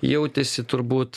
jautėsi turbūt